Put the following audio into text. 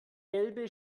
gelbe